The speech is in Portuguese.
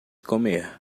comer